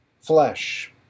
flesh